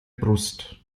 brust